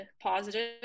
positive